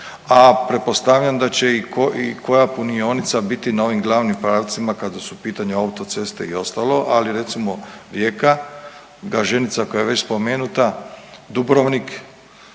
a pretpostavljam da će i koja punionica biti na ovim glavnim pravcima kada su u pitanju autoceste i ostalo, ali recimo Rijeka, Gaženica koja je već spomenuta, Dubrovnik,